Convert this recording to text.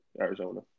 Arizona